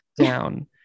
down